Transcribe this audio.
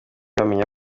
bamenya